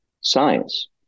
science